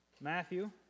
Matthew